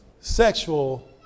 Sexual